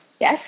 Yes